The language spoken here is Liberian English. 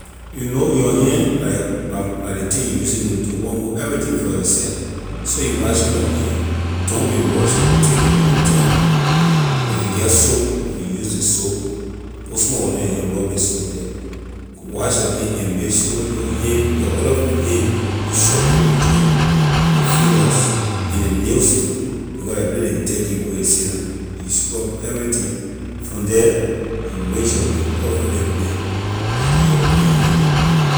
You know your hand la your la ley thing you using to do almost everything for yourself so you washing your hand don be rushing take your own time if you get soap you use ley soap put small water in your hand rub ley soap the wash your hand and make sure your hand your other fi- hand you shab it between ley fingers and ley nails too because la ley place ley dirt can go a sit down you scrub everything from the you rinse you hand properly then a give your clean hand.